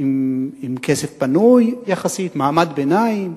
עם כסף פנוי יחסית, מעמד הביניים.